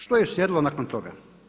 Što je uslijedilo nakon toga?